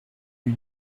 lui